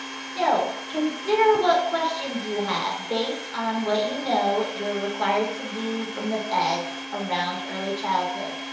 so consider what questions you have based on what you know you're required to do from the feds around early childhood.